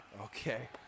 Okay